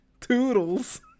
toodles